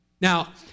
Now